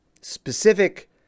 specific